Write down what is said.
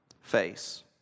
face